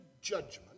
judgment